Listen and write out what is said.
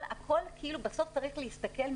בסוף צריך להסתכל,